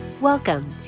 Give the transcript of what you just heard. Welcome